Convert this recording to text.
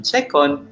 Second